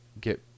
get